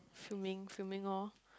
fuming fuming all